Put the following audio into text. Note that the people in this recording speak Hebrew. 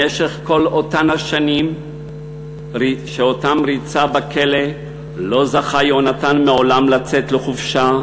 במשך כל אותן השנים שריצה בכלא לא זכה יונתן מעולם לצאת לחופשה,